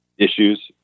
Issues